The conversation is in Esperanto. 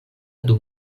dum